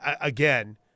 again